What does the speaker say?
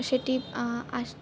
সেটি